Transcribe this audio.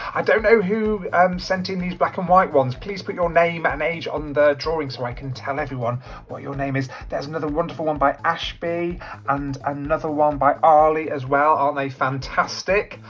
i don't know who um sent in these black and white ones please put your name and age on the drawing so i can tell everyone what your name is. there's another wonderful one by ashby and another one by ali as well aren't they fantastic.